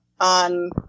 on